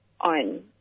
on